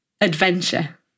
adventure